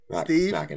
Steve